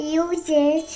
uses